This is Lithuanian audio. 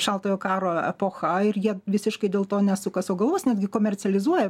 šaltojo karo epocha ir jie visiškai dėl to nesuka sau galvos netgi komercializuoja